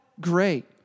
great